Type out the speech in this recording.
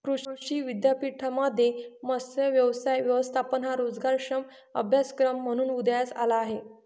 कृषी विद्यापीठांमध्ये मत्स्य व्यवसाय व्यवस्थापन हा रोजगारक्षम अभ्यासक्रम म्हणून उदयास आला आहे